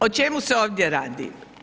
O čemu se ovdje radi?